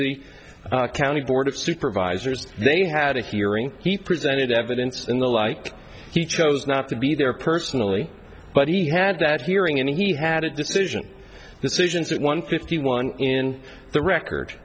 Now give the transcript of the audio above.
the county board of supervisors they had a hearing he presented evidence in the light he chose not to be there personally but he had that hearing and he had a decision this asians one fifty one in the record